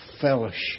fellowship